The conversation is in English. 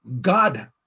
God